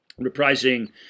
reprising